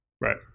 Right